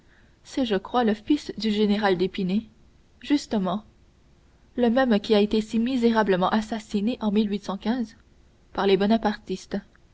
c'est je crois le fils du général d'épinay justement le même qui a été si misérablement assassiné en par les bonapartistes